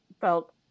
felt